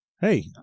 Hey